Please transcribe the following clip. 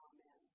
Amen